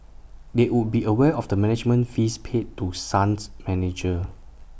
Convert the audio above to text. they would be aware of the management fees paid to sun's manager